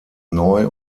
neu